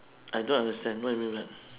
I don't understand what you mean by